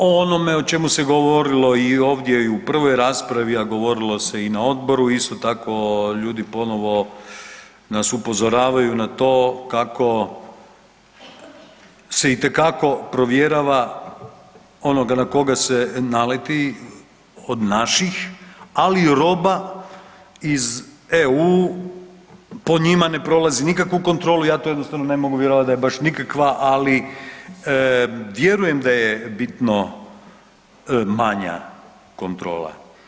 O onome o čemu se govorilo i ovdje i u prvoj raspravi, a govorilo se i na odboru, isto tako ljudi ponovo nas upozoravaju na to kako se itekako provjerava onoga na koga se naleti od naših, ali i roba iz EU po njima ne prolazi nikakvu kontrolu, ja to jednostavno ne mogu vjerovati da je baš nikakva, ali vjerujem da je bitno manja kontrola.